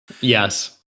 yes